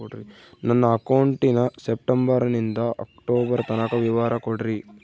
ನನ್ನ ಅಕೌಂಟಿನ ಸೆಪ್ಟೆಂಬರನಿಂದ ಅಕ್ಟೋಬರ್ ತನಕ ವಿವರ ಕೊಡ್ರಿ?